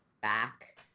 back